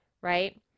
right